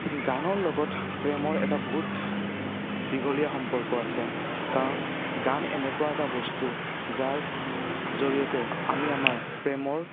গানৰ লগত প্ৰেমৰ এটা বহুত দীঘলীয়া সম্পৰ্ক আছে কাৰণ গান এনেকুৱা এটা বস্তু যাৰ জৰিয়তে আমি আমাৰ প্ৰেমৰ